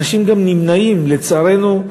אנשים גם נמנעים, לצערנו.